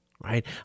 right